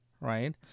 Right